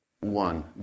One